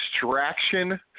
distraction